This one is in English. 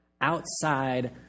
outside